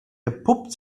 entpuppt